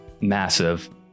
massive